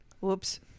Whoops